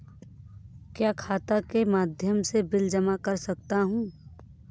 क्या मैं खाता के माध्यम से बिल जमा कर सकता हूँ?